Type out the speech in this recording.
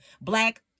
black